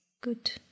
good